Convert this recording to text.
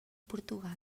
portugal